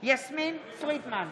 יסמין פרידמן,